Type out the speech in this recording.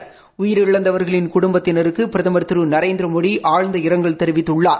் உயிரிழந்தவா்களின் குடும்பத்தினருக்கு பிரதமா் திரு நரேந்திரமோடி ஆழ்ந்த இரங்கல் தெரிவித்துள்ளார்